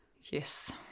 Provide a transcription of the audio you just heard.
Yes